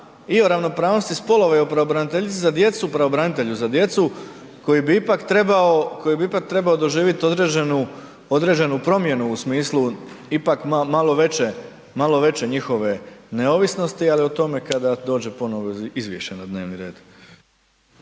i pravobraniteljici za djecu, pravobranitelju za djecu koji bi ipak trebao doživjet određenu promjenu u smislu ipak malo veće njihove neovisnosti ali i o tome kada dođe ponovno izvješće na dnevni red.